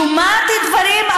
היא שומעת דברים,